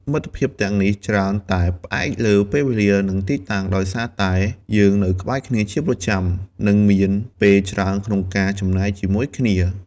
មិត្តភាពទាំងនេះច្រើនតែ ផ្អែកលើពេលវេលា និងទីតាំង ដោយសារតែយើងនៅក្បែរគ្នាជាប្រចាំ និងមានពេលច្រើនក្នុងការចំណាយជាមួយគ្នា។